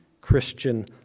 Christian